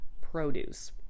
produce